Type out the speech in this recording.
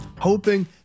hoping